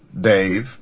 Dave